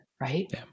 right